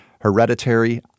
Hereditary